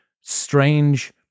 strange